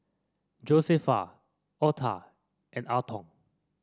Josefa Otha and Alton